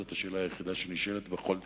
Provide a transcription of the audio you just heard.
זאת השאלה היחידה שנשאלת בכל דיסציפלינה.